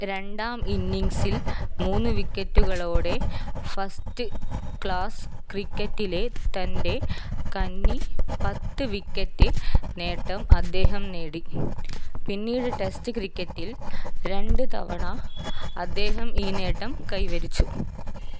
രണ്ടാം ഇന്നിംഗ്സിൽ മൂന്ന് വിക്കറ്റുകളോടെ ഫസ്റ്റ് ക്ലാസ്സ് ക്രിക്കറ്റിലെ തൻ്റെ കന്നി പത്ത് വിക്കറ്റ് നേട്ടം അദ്ദേഹം നേടി പിന്നീട് ടെസ്റ്റ് ക്രിക്കറ്റിൽ രണ്ട് തവണ അദ്ദേഹം ഈ നേട്ടം കൈവരിച്ചു